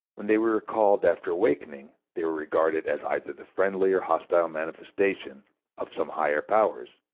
when they were recalled after awakening they were regarded as either the friendly or hostile manifestation of some higher powers,